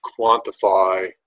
quantify